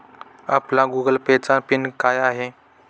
आपला Google pay चा pin काय आहे?